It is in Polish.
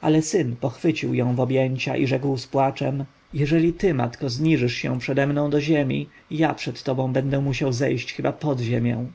ale syn pochwycił ją w objęcia i rzekł z płaczem jeżeli ty matko zniżysz się przede mną do ziemi ja przed tobą będę musiał zejść chyba pod ziemię